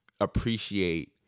appreciate